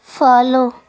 follow